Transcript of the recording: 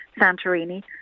santorini